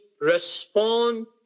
respond